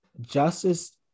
justice